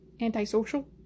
antisocial